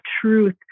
truth